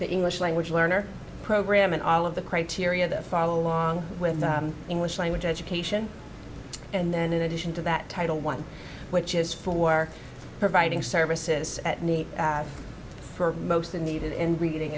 the english language learner program and all of the criteria that follow along with the english language education and then in addition to that title one which is for providing services at need for most in need and